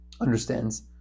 understands